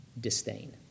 disdain